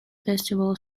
vestibular